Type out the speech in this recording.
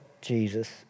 Jesus